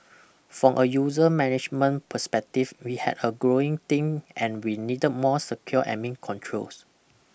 from a user management perspective we had a growing team and we needed more secure Admin Controls